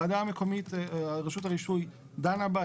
רשות הרישוי דנה בה,